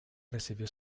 recibió